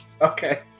Okay